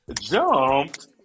jumped